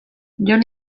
jon